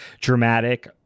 dramatic